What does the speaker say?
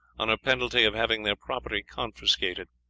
under penalty of having their property confiscated.